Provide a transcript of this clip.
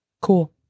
cool